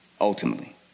ultimately